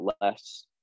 less